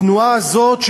התנועה הזאת,